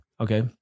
Okay